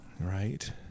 Right